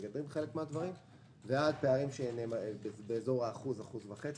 ועד פערים באזור 1% או 1.5%,